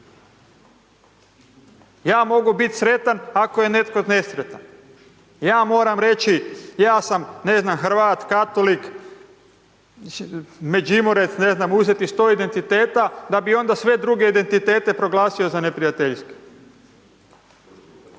Ja mogu biti sretan, ako je netko nesretan. Ja moram reći, ja sam, ne znam, Hrvat, katolik, Međimurec, ne znam, uzeti 100 identiteta da bi onda sve druge identitete proglasio za neprijateljske.